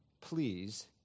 please